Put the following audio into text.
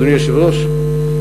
אדוני היושב-ראש,